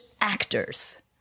actors